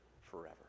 forever